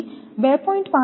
5 થી 3 ગણો વધારે હોય છે